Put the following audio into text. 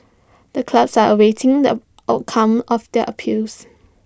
the clubs are awaiting the outcome of their appeals